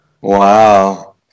Wow